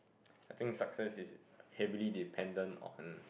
I think success is heavily dependent on